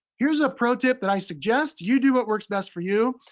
here's a pro tip that i suggest, you do what works best for you.